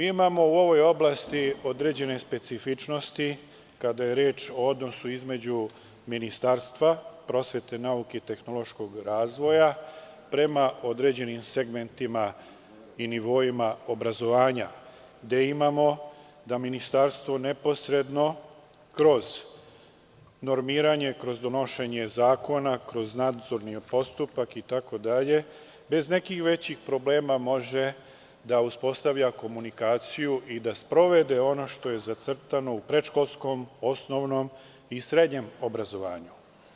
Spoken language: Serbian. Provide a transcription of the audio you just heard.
U ovoj oblasti mi imamo određene specifičnosti kada je reč o odnosu između Ministarstva prosvete, nauke i tehnološkog razvoja prema određenim segmentima i nivoima obrazovanja, gde imamo da Ministarstvo neposredno kroz normiranje, kroz donošenje zakona, kroz nadzorni postupak itd, bez nekih većih problema može da uspostavlja komunikaciju i da sprovede ono što je zacrtano u predškolskom, osnovnom i srednjem obrazovanju.